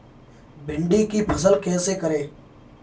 भिंडी की फसल कैसे करें?